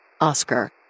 Oscar